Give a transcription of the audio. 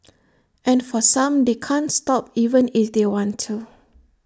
and for some they can't stop even if they want to